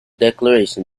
declaration